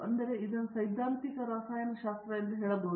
ಆದ್ದರಿಂದ ಇಂದು ಇದನ್ನು ಸೈದ್ಧಾಂತಿಕ ರಸಾಯನಶಾಸ್ತ್ರವೆಂದು ಹೇಳಬಹುದು